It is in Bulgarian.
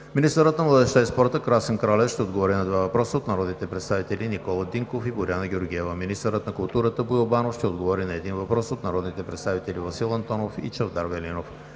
Министърът на младежта и спорта Красен Кралев ще отговори на два въпроса от народните представители Никола Динков и Боряна Георгиева. 5. Министърът на културата Боил Банов ще отговори на един въпрос от народните представители Васил Антонов и Чавдар Велинов.